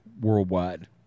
worldwide